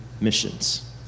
missions